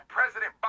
President